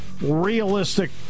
realistic